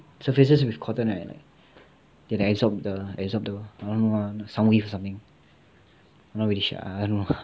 surfaces with cotton right absorb the absorb the soundwaves or something I'm not really sure err I don't know